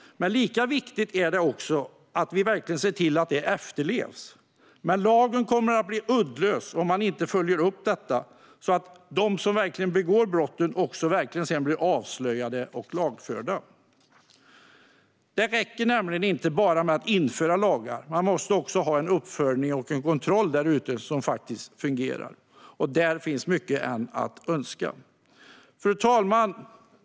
Men lika viktigt är det att vi verkligen ser till att det efterlevs. Lagen kommer att bli uddlös om man inte följer upp detta så att de som begår brotten verkligen blir avslöjade och lagförda. Det räcker nämligen inte bara att införa lagar, utan man måste också ha en uppföljning och en kontroll därute som fungerar. Där finns ännu mycket att önska. Fru talman!